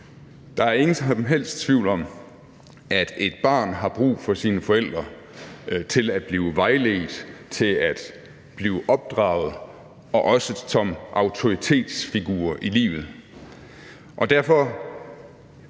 Der er ingen som helst tvivl om, at et barn har brug for sine forældre til at blive vejledt, til at blive opdraget og også som autoritetsfigurer i livet,